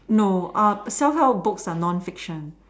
no uh self help books are non fiction